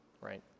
right